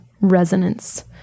resonance